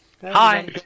Hi